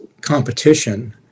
competition